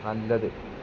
നല്ലത്